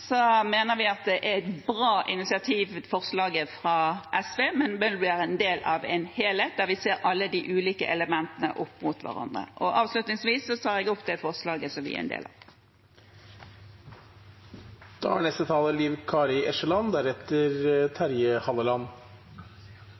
mener vi at forslaget fra SV er et bra initiativ, men det bør være en del av en helhet der vi ser alle de ulike elementene opp mot hverandre. Avslutningsvis tar jeg opp det forslaget som vi er en del av. Representanten Ruth Grung har tatt opp det forslaget Arbeiderpartiet er